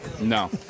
No